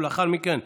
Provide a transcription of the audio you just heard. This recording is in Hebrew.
ולאחר מכן,